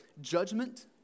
Judgment